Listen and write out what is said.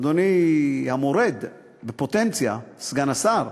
אדוני המורד בפוטנציה, סגן השר,